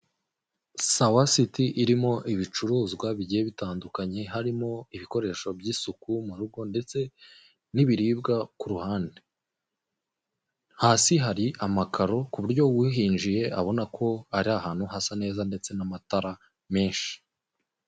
Sawa siti irimo ibicuruzwa bigiye bitandukanye, harimo; ibikoresho by'isuku mu rugo ndetse n'ibiribwa ku ruhande. Hasi hari amakaro k'uburyo uhinjiye abona ko ari ahantu hasa neza ndetse n'amatara menshi.